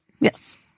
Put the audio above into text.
Yes